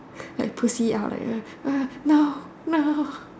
like pussy out like ah no no no